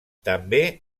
també